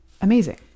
amazing